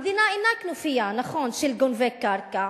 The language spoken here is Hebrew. המדינה אינה כנופיה של גונבי קרקע,